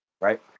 right